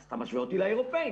אז, אתה משווה אותי לאירופאים.